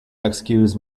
excuse